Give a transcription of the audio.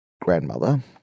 grandmother